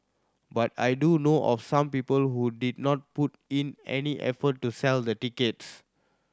but I do know of some people who did not put in any effort to sell the tickets